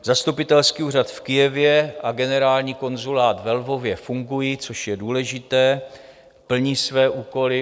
Zastupitelský úřad v Kyjevě a Generální konzulát ve Lvově fungují, což je důležité, plní své úkoly.